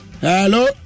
Hello